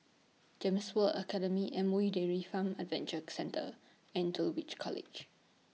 Gems World Academy M O E Dairy Farm Adventure Centre and Dulwich College